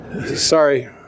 Sorry